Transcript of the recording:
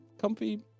comfy